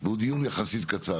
והוא דיון יחסית קצר.